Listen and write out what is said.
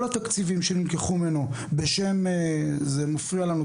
כל התקציבים שנלקחו ממנו בשם 'זה מפריע לנו,